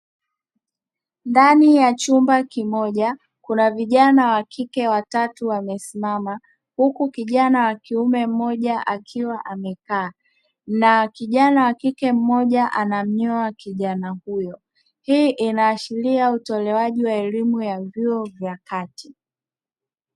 Ndani ya chumba kimoja kuna vijana wakike watatu wamesimama, huku kijana wa kiume mmoja akiwa amekaa; na kijana wa kike mmoja anamnyoa kijana huyo hii inaashiria utolewaji wa elimu ya vyuo vya kati.